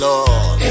Lord